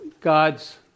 God's